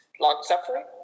long-suffering